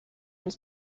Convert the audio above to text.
his